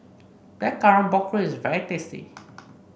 Blackcurrant Pork Ribs is very tasty